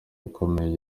ikomeye